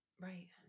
Right